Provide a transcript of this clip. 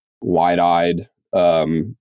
wide-eyed